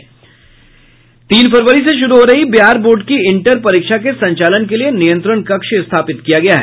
तीन फरवरी से शुरू हो रही बिहार बोर्ड की इंटर परीक्षा के संचालन के लिये नियंत्रण कक्ष स्थापित किया गया है